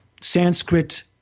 Sanskrit